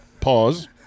pause